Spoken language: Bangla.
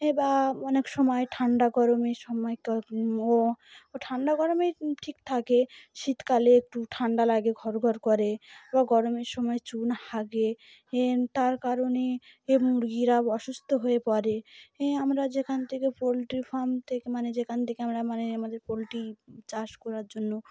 এ বা অনেক সময় ঠান্ডা গরমের সময় ও ঠান্ডা গরমে ঠিক থাকে শীতকালে একটু ঠান্ডা লাগে ঘর ঘর করে বা গরমের সময় চুন হাগে এ তার কারণে এ মুরগিরা অসুস্থ হয়ে পড়ে এ আমরা যেখান থেকে পোলট্রি ফার্ম থেকে মানে যেখান থেকে আমরা মানে আমাদের পোলট্রি চাষ করার জন্য